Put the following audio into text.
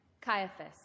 Caiaphas